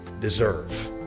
deserve